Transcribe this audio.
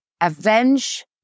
Avenge